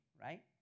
right